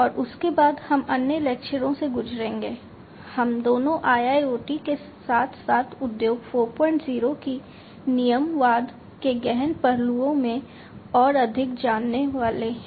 और उसके बाद हम अन्य लेक्चरों से गुजरेंगे हम दोनों IIoT के साथ साथ उद्योग 40 की नियमवाद के गहन पहलुओं में और अधिक जाने वाले हैं